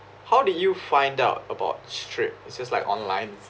how did you find out about strip it's just like online